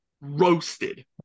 roasted